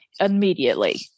immediately